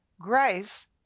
grace